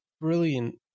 brilliant